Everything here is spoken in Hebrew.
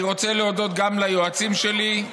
אני רוצה להודות גם ליועצים שלי: